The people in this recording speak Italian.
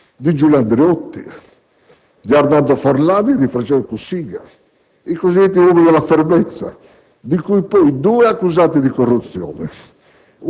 di Giulio Andreotti, di Arnaldo Forlani e di Francesco Cossiga, i cosiddetti «uomini della fermezza», di cui poi due accusati di corruzione,